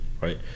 right